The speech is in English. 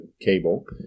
cable